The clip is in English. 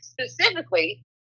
specifically